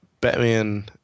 Batman